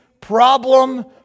problem